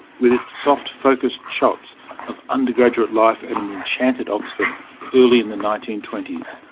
with its soft focus shots of undergraduate life at an enchanted oxford early in the nineteen twenty s,